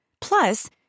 Plus